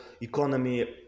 economy